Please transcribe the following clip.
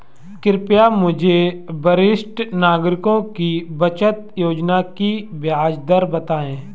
कृपया मुझे वरिष्ठ नागरिकों की बचत योजना की ब्याज दर बताएं